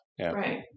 Right